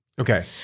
Okay